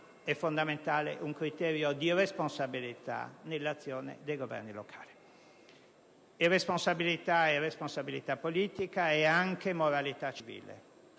è fondamentale un criterio di responsabilità nell'azione dei governi locali. Si tratta di responsabilità politica e anche di moralità civile.